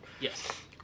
yes